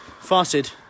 fasted